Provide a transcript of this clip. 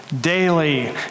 Daily